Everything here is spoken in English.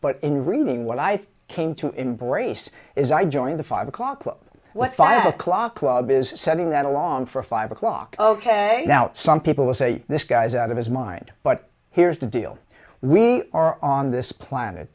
but in reading what i came to embrace is i join the five o'clock club what five o'clock club is setting that along for five o'clock ok now some people will say this guy's out of his mind but here's the deal we are on this planet